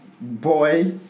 boy